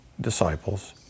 disciples